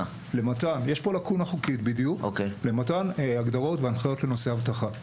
יש פה לקונה חוקית למתן הגדרות והנחיות לנושא אבטחה,